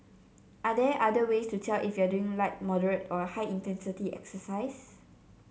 are there other ways to tell if you are doing light moderate or high intensity exercise